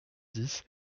dix